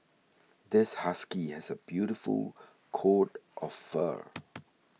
this husky has a beautiful coat of fur